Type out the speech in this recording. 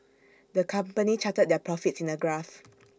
the company charted their profits in A graph